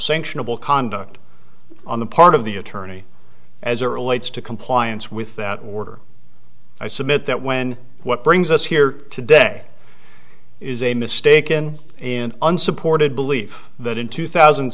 sanctionable conduct on the part of the attorney as it relates to compliance with that order i submit that when what brings us here today is a mistaken and unsupported believe that in two thousand